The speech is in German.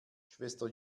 schwester